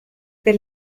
per